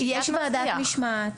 יש ועדת משמעת,